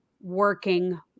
working